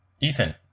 Ethan